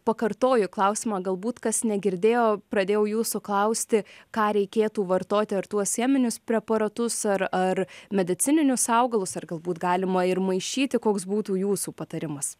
pakartoju klausimą galbūt kas negirdėjo pradėjau jūsų klausti ką reikėtų vartoti ar tuos cheminius preparatus ar ar medicininius augalus ar galbūt galima ir maišyti koks būtų jūsų patarimas